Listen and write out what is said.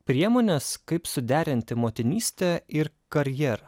priemonės kaip suderinti motinystę ir karjerą